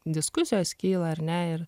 diskusijos kyla ar ne ir